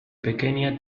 pequeña